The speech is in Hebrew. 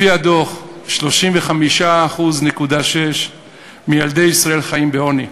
לפי הדוח, 35.6% מילדי ישראל חיים בעוני.